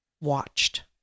watched